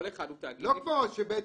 כל אחד הוא תאגיד --- לא כמו שסיכמנו,